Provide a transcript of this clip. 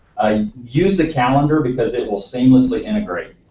use the calendar because it will seamlessly integrate.